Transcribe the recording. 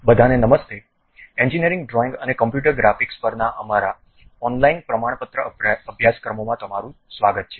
બધાને નમસ્તે engineering drawing અને કમ્પ્યુટર ગ્રાફિક્સ પરના અમારા ઓનલાઇન પ્રમાણપત્ર અભ્યાસક્રમોમાં તમારું સ્વાગત છે